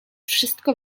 wszystko